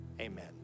amen